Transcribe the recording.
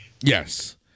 Yes